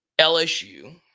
LSU